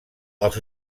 els